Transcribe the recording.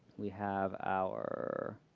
we have our